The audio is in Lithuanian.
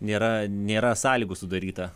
nėra nėra sąlygų sudaryta